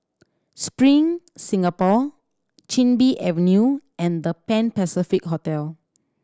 Spring Singapore Chin Bee Avenue and The Pan Pacific Hotel